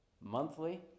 monthly